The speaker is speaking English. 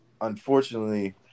unfortunately